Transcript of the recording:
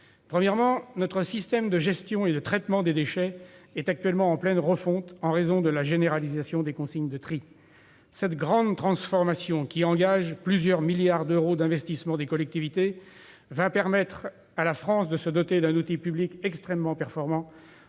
Premièrement, notre système de gestion et de traitement des déchets est actuellement en pleine refonte en raison de la généralisation des consignes de tri. Cette grande transformation, qui engage plusieurs milliards d'euros d'investissements de la part des collectivités, va permettre à la France de se doter d'un outil public extrêmement performant